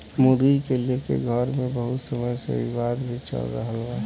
मुर्गी के लेके घर मे बहुत समय से विवाद भी चल रहल बा